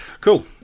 Cool